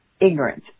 ignorance